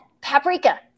Paprika